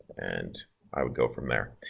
and i would go from there.